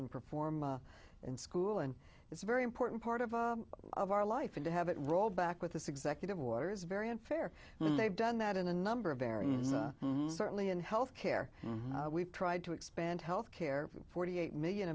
and perform in school and it's very important part of our life and to have it roll back with this executive order is very unfair and they've done that in a number of very certainly in health care we've tried to expand health care forty eight million